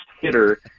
hitter